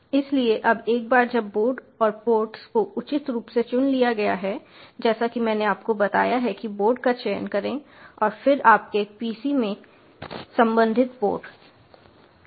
इसलिए अब एक बार जब बोर्ड और पोर्ट्स को उचित रूप से चुन लिया गया है जैसा कि मैंने आपको बताया है कि बोर्ड का चयन करें और फिर आपके PC में संबंधित पोर्ट